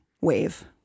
wave